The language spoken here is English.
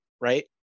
right